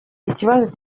ibibazo